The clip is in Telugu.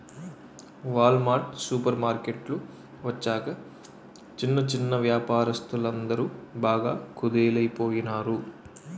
వాల్ మార్ట్ సూపర్ మార్కెట్టు వచ్చాక చిన్న చిన్నా వ్యాపారస్తులందరు బాగా కుదేలయిపోనారు